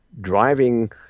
driving